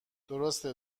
درسته